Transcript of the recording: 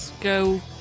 go